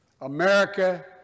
America